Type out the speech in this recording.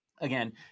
again